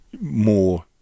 more